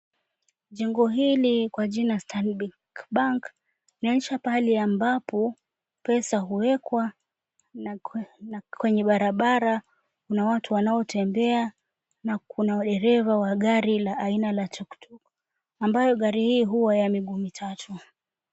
Jengo hili kwa jina Stanbic Bank linaonyesha mahali ambapo pesa huekwa na kwenye barabara kuna watu wanaotembea na kuna dereva wa gari aina ya tuktuk ambayo gari hii huwa ya miguu mitatu.